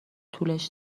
طولش